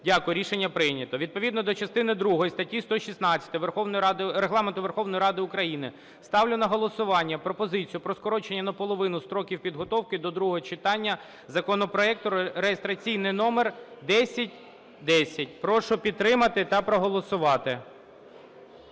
Дякую. Рішення прийнято. Відповідно до частини другої статті 116 Регламенту Верховної Ради України ставлю на голосування пропозицію про скорочення наполовину строків підготовки до другого читання законопроекту (реєстраційний номер 1010). Прошу підтримати та проголосувати.